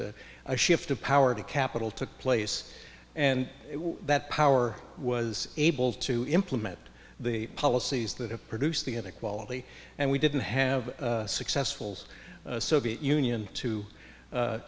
that a shift of power to capital took place and that power was able to implement the policies that have produced the inequality and we didn't have a successful soviet union to